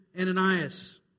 Ananias